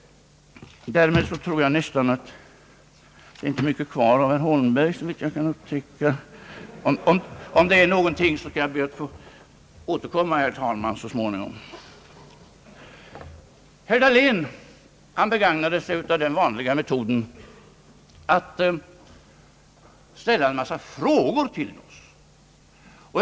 Därmed tror jag nästan att det inte är mycket kvar av herr Holmberg. Om jag upptäcker att det är någonting så kanske jag kan få återkomma så småningom, herr talman. Herr Dahlén begagnade sig av den vanliga metoden att ställa en massa frågor till mig.